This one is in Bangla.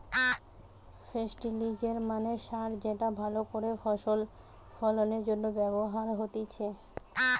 ফেস্টিলিজের মানে সার যেটা ভালো করে ফসল ফলনের জন্য ব্যবহার হতিছে